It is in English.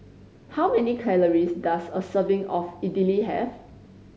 how many calories does a serving of Idili have